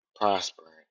prospering